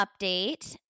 update